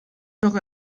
wäre